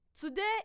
Today